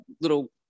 little